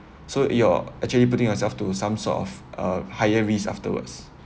so you're actually putting yourself to some sort of uh higher risk afterwards